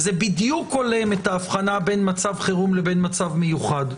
וזה בדיוק הולם את ההבחנה בין מצב חירום לבין מצב מיוחד,